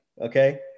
Okay